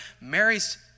Mary's